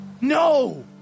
no